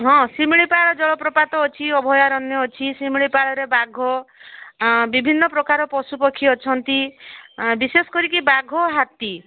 ହଁ ଶିମିଳିପାଳ ଜଳପ୍ରପାତ ଅଛି ଅଭୟାରଣ୍ୟ ଅଛି ଶିମିଳିପାଳରେ ବାଘ ବିଭିନ୍ନ ପ୍ରକାର ପଶୁ ପକ୍ଷୀ ଅଛନ୍ତି ବିଶେଷ କରିକି ବାଘ ହାତୀ